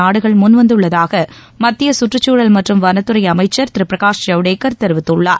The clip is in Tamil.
நாடுகள் முன்வந்துள்ளதாக மத்திய சுற்றுச்சூழல் மற்றும் வனத்துறை அமைச்சர் திரு பிரகாஷ் ஜவ்டேகர் தெரிவித்துள்ளார்